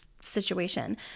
situation